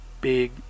big